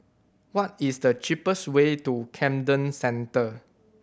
what is the cheapest way to Camden Centre